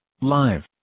live